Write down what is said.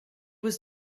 was